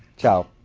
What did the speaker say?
ciao